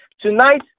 Tonight